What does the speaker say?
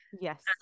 yes